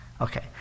Okay